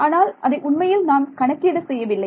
ஆனால் அதை உண்மையில் நாம் கணக்கீடு செய்யவில்லை